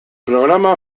programa